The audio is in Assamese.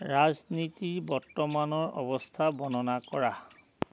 ৰাজনীতিৰ বৰ্তমানৰ অৱস্থা বৰ্ণনা কৰা